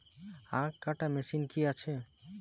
আখ কাটা মেশিন কি আছে?